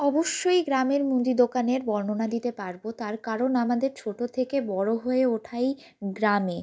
অবশ্যই গ্রামের মুদি দোকানের বর্ণনা দিতে পারবো তার কারণ আমাদের ছোটো থেকে বড়ো হয়ে ওঠাই গ্রামে